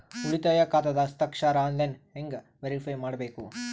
ಉಳಿತಾಯ ಖಾತಾದ ಹಸ್ತಾಕ್ಷರ ಆನ್ಲೈನ್ ಹೆಂಗ್ ವೇರಿಫೈ ಮಾಡಬೇಕು?